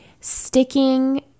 sticking